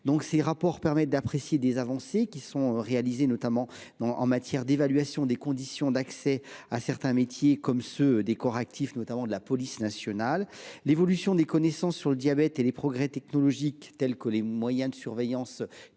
Ces rapports permettent d’apprécier les avancées qui sont réalisées dans l’évaluation des conditions d’accès à certains métiers comme ceux des corps actifs, notamment de la police nationale. L’évolution des connaissances sur le diabète et les progrès technologiques pour améliorer les moyens de surveillance